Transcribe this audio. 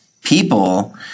people